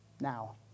now